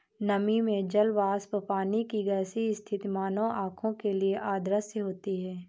नमी में जल वाष्प पानी की गैसीय स्थिति मानव आंखों के लिए अदृश्य होती है